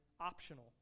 optional